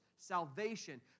salvation